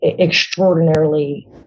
extraordinarily